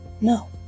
No